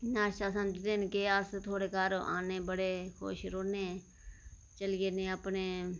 अस थुआढ़े घर औन्ने बड़े खुश रौह्न्ने चली जन्ने अपने